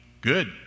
Good